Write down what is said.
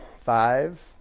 Five